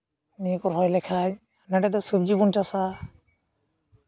ᱱᱤᱭᱟᱹ ᱠᱚ ᱨᱚᱦᱚᱭ ᱞᱮᱠᱷᱟᱡ ᱱᱚᱸᱰᱮ ᱫᱚ ᱥᱚᱵᱽᱡᱤ ᱵᱚᱱ ᱪᱟᱥᱟ